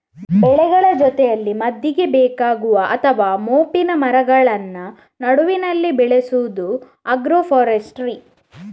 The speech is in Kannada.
ಬೆಳೆಗಳ ಜೊತೆಯಲ್ಲಿ ಮದ್ದಿಗೆ ಬೇಕಾಗುವ ಅಥವಾ ಮೋಪಿನ ಮರಗಳನ್ನ ನಡುವಿನಲ್ಲಿ ಬೆಳೆಸುದು ಆಗ್ರೋ ಫಾರೆಸ್ಟ್ರಿ